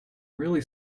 really